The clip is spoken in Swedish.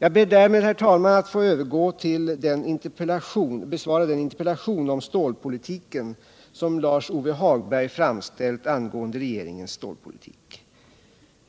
Jag ber därmed, herr talman, att få övergå till att besvara den interpellation om stålpolitiken som Lars-Ove Hagberg framställt angående regeringens stålpolitik.